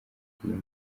iyi